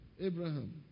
Abraham